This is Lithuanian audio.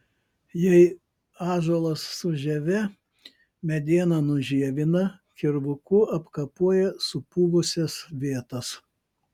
jei ąžuolas su žieve medieną nužievina kirvuku apkapoja supuvusias vietas